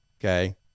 Okay